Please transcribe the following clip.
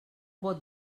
bot